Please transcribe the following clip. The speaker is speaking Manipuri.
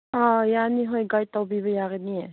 ꯑꯥ ꯌꯥꯅꯤ ꯍꯣꯏ ꯒꯥꯏꯠ ꯇꯧꯕꯤꯕ ꯌꯥꯒꯅꯤ